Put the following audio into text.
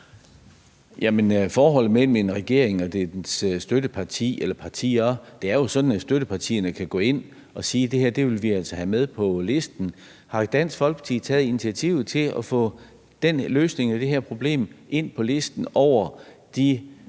Jamen forholdet mellem en regering og dens støtteparti eller støttepartier er jo sådan, at støttepartierne kan gå ind at sige: Det her vil vi altså have med på listen. Har Dansk Folkeparti taget initiativ til at få den løsning af det her problem ind på listen over de